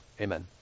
Amen